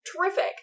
terrific